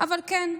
אבל כן.